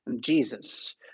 Jesus